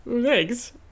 thanks